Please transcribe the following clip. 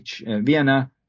Vienna